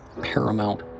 paramount